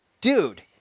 Dude